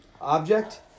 object